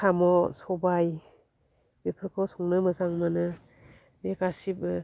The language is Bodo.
साम' सबाय बेफोरखौ संनो मोजां मोनो बे गासिबो